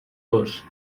gos